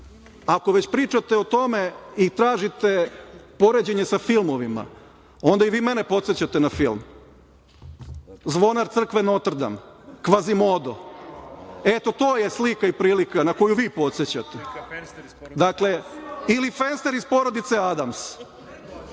ako već pričate o tome i tražite poređenje sa filmovima, onda i vi mene podsećate na film „Zvonar crkve Notr Dam“, „“Kvazimodo“. To je slika i prilika na koju vi podsećate ili „Fester“ iz „Porodice Adams“.